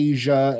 Asia